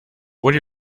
would